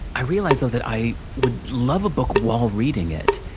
i realized so that i would love a book while reading it,